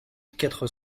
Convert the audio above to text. quatre